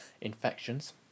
infections